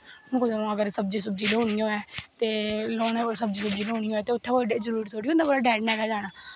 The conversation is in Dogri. अगर कोई सब्जी सुब्जी धोनी होऐ ते कोई सब्जी सुब्जी लेआनी होऐ ते उत्थै थोह्ड़ा होंदा कि डैड़ी नै गै जाना